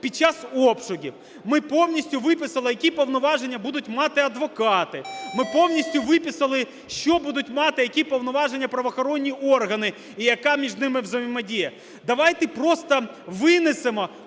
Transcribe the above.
під час обшуків, ми повністю виписали, які повноваження будуть мати адвокати, ми повністю виписали, що будуть мати, які повноваження правоохоронні органи і яка між ними взаємодія. Давайте просто винесемо